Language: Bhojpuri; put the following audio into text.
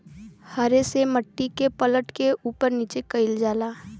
हरे से मट्टी के पलट के उपर नीचे कइल जाला